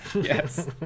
Yes